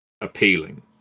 appealing